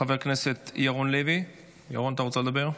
חבר הכנסת ירון לוי, ירון, אתה רוצה לדבר?